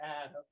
adam